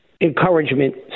encouragement